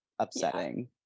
upsetting